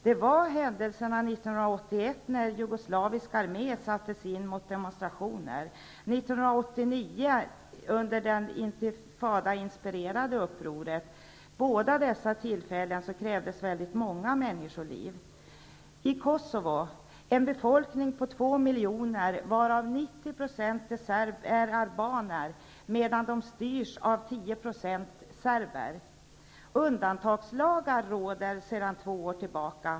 År 1981 sattes den jugoslaviska armén in mot demonstrationer, och år 1989 blossade det intifadainspirerade upproret upp. Vid båda dessa tillfällen krävdes det många människoliv. Kosovo som har en befolkning på 2 miljoner människor, varav 90 är albaner, styrs av serber som utgör blott 10 % av befolkningen. Sedan två år råder undantagslagar.